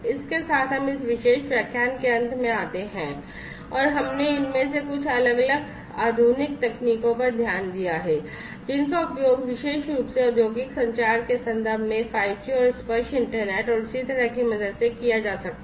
इसके साथ हम इस विशेष व्याख्यान के अंत में आते हैं और हमने इनमें से कुछ अलग अलग आधुनिक तकनीकों पर ध्यान दिया है जिनका उपयोग विशेष रूप से औद्योगिक संचार के संदर्भ में 5G और tactile internet मे किया जा सकता है